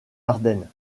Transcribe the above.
ardennes